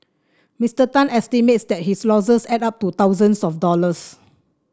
Mister Tan estimates that his losses add up to thousands of dollars